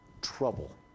trouble